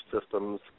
systems